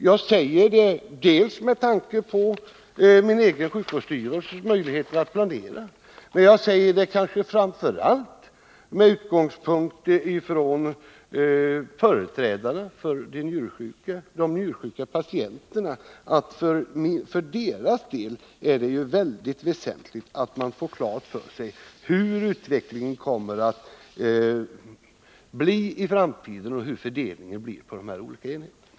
Jag säger det dels med tanke på möjligheterna för sjukvårdsstyrelsen i mitt landsting att planera, dels och kanske framför allt med utgångspunkt i vad som framhålls av företrädare för de njursjuka patienterna. Det är för dem mycket väsentligt att få klart för sig hur den framtida utvecklingen kommer att bli och hur fördelningen på de olika enheterna kommer att utformas.